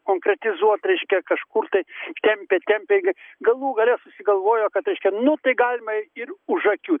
konkretizuot reiškia kažkur tai tempė tempė galų gale susigalvojo kad reiškia nu tai galima ir už akių